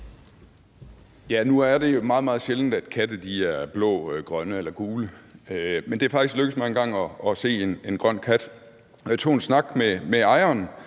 Nu er det meget, meget sjældent, at katte er blå, grønne eller gule. Men det er faktisk lykkedes mig engang at se en grøn kat. Jeg tog en snak med ejeren,